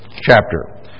chapter